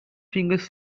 fingers